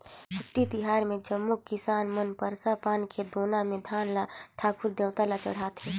अक्ती तिहार मे जम्मो किसान मन परसा पान के दोना मे धान ल ठाकुर देवता ल चढ़ाथें